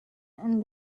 and